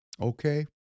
Okay